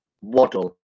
Waddle